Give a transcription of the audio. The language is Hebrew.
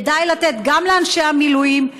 כדאי לתת גם לאנשי המילואים,